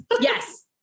Yes